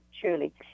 truly